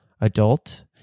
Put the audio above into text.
adult